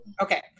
Okay